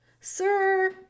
Sir